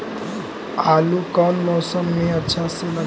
आलू कौन मौसम में अच्छा से लगतैई?